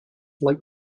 like